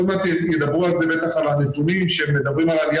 עוד מעט ידברו בטח על הנתונים שמדברים על עליה